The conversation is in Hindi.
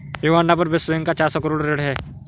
युगांडा पर विश्व बैंक का चार सौ करोड़ ऋण है